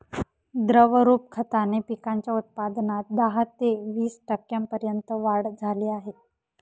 द्रवरूप खताने पिकांच्या उत्पादनात दहा ते वीस टक्क्यांपर्यंत वाढ झाली आहे